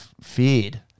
feared